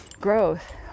growth